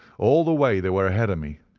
all the way they were ahead of me,